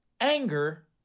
anger